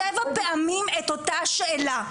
שבע פעמים את אותה שאלה,